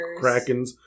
krakens